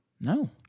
No